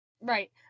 Right